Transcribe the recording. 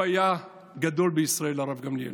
הוא היה גדול בישראל, הרב גמליאל.